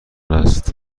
است